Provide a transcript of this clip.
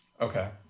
Okay